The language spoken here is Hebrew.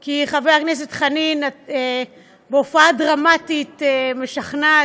כי חבר הכנסת חנין, בהופעה דרמטית, משכנעת,